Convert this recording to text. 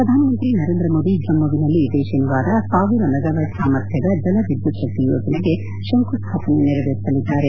ಪ್ರಧಾನಮಂತ್ರಿ ನರೇಂದ್ರ ಮೋದಿ ಜಮ್ಮವಿನಲ್ಲಿ ಇದೇ ಶನಿವಾರ ಸಾವಿರ ಮೆಗಾವ್ಚಾಟ್ ಸಾಮರ್ಥ್ವದ ಜಲವಿದ್ಲುಚ್ಗಕ್ತಿ ಯೋಜನೆಗೆ ಶಂಕು ಸ್ಥಾಪನೆ ನೆರವೇರಿಸಲಿದ್ದಾರೆ